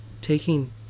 taking